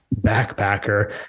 Backpacker